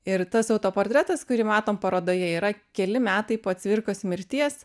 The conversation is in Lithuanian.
ir tas autoportretas kurį matom parodoje yra keli metai po cvirkos mirties